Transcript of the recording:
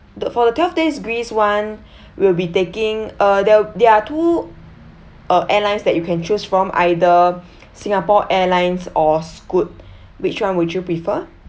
the for the twelve days greece one we'll be taking uh there there are two uh airlines that you can choose from either singapore airlines or scoot which one would you prefer